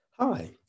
Hi